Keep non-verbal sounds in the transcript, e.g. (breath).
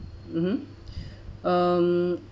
mmhmm (breath) um